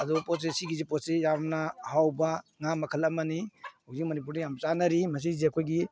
ꯑꯗꯨ ꯄꯣꯠꯁꯦ ꯁꯤꯒꯤ ꯄꯣꯠꯁꯤ ꯌꯥꯝꯅ ꯍꯥꯎꯕ ꯉꯥ ꯃꯈꯜ ꯑꯃꯅꯤ ꯍꯧꯖꯤꯛ ꯃꯅꯤꯄꯨꯔꯗ ꯌꯥꯝ ꯆꯥꯅꯔꯤ ꯃꯁꯤꯁꯦ ꯑꯩꯈꯣꯏꯒꯤ